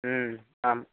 आम्